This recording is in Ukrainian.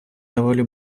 доволі